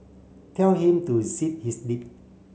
tell him to zip his lip